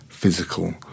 physical